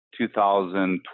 2012